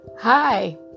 Hi